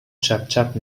چپچپ